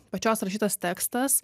pačios rašytas tekstas